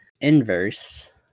Inverse